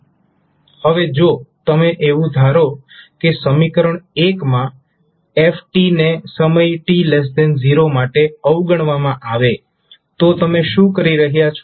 હવે જો તમે એવું ધારો કે સમીકરણ માં f ને સમય t0 માટે અવગણવામાં આવે તો તમે શું કરી રહ્યા છો